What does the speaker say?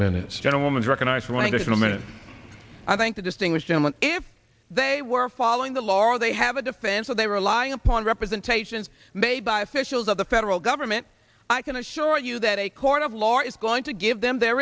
minutes gentlewoman's recognize one additional minute i think to distinguish them and if they were following the law they have a defense so they rely upon representations made by officials of the federal government i can assure you that a court of law is going to give them their